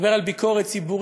אם לדבר על ביקורת ציבורית.